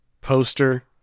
poster